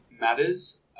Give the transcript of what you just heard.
matters